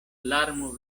larmo